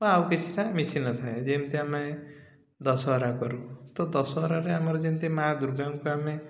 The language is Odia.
ଆଉ କିଛିଟା ମିଶି ନ ଥାଏ ଯେମିତି ଆମେ ଦଶହରା କରୁ ତ ଦଶହରାରେ ଆମର ଯେମିତି ମା' ଦୁର୍ଗାଙ୍କୁ ଆମେ